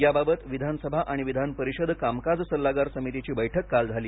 याबाबत विधानसभा आणि विधानपरिषद कामकाज सल्लागार समितीची बैठक काल झाली